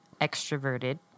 extroverted